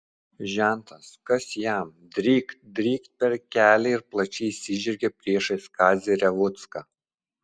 žentas kas jam drykt drykt per kelią ir plačiai išsižergė priešais kazį revucką